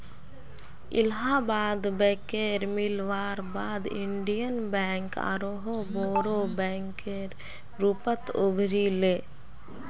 इलाहाबाद बैकेर मिलवार बाद इन्डियन बैंक आरोह बोरो बैंकेर रूपत उभरी ले